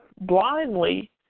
blindly